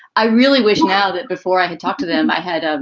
i really wish now that before i had talked to them, i had. ah